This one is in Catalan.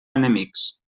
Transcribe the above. enemics